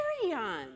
carry-on